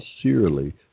sincerely